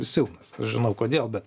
silpnas aš žinau kodėl bet